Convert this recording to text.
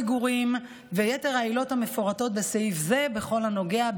מגורים ויתר העילות המפורטות בסעיף זה בכל הנוגע,